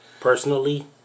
Personally